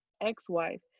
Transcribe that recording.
ex-wife